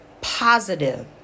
positive